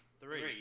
Three